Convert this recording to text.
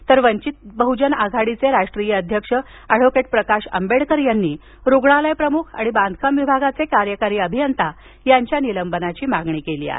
तर वंचित बह्जन आघाडीचे राष्ट्रीय अध्यक्ष ऍडव्होकेट प्रकाश आंबेडकर यांनी रुग्णालय प्रमुख आणि बांधकाम विभागाचे कार्यकारी अभियंत्यांच्या निलंबनाची मागणी केली आहे